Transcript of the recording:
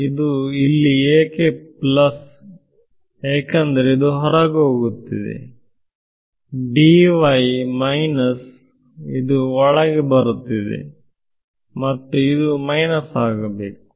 ಇದು ಇಲ್ಲಿ ಪ್ಲಸ್ ಏಕೆಂದರೆ ಹೊರಗೆ ಹೋಗುತ್ತಿದೆ ಮತ್ತು ಇದು ಬರುತ್ತಿದೆ ಮತ್ತು ಇದು ಮೈನಸ್ ಆಗಬೇಕು